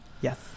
Yes